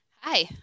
Hi